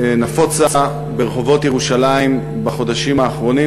שנפוצה ברחובות ירושלים בחודשים האחרונים,